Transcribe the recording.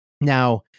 now